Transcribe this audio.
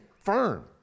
firm